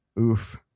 oof